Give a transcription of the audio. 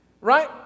right